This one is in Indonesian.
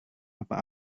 apa